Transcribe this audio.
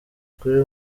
kuri